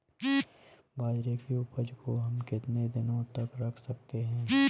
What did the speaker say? बाजरे की उपज को हम कितने दिनों तक रख सकते हैं?